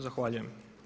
Zahvaljujem.